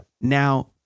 Now